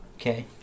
Okay